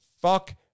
Fuck